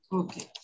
okay